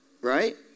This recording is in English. Right